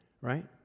Right